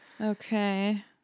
Okay